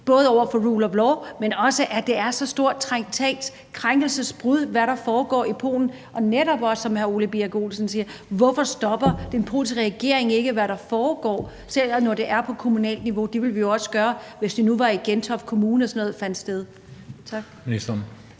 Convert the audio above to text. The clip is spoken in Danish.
krænkelse af rule of law og et stort traktatbrud, hvad der foregår i Polen? For som også hr. Ole Birk Olesen siger: Hvorfor stopper den polske regering ikke, hvad der foregår, især når det er på kommunalt niveau? Det ville vi jo også gøre, hvis det nu var i Gentofte Kommune, at sådan noget fandt sted. Tak.